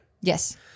Yes